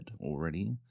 already